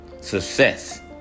Success